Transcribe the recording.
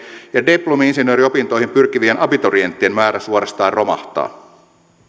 ja diplomi insinööriopintoihin pyrkivien abiturienttien määrä suorastaan romahtaa